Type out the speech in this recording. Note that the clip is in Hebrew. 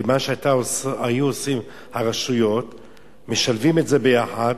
כי מה שהיו עושות הרשויות, משלבות את זה יחד